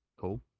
Cool